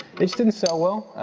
it just didn't sell well.